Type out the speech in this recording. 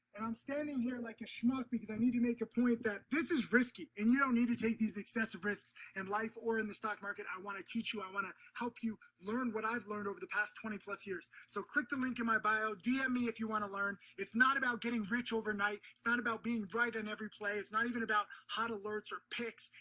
standing here like a schmuck because i need to make a point that this is risky. and you don't need to take these excessive risks in life or in the stock market. i wanna teach you, i wanna help you learn what i've learned over the past twenty plus years. so click the link in my bio, dm me if you wanna learn, it's not about getting rich overnight. it's not about being right on and every plays. it's not even about hot alerts or picks.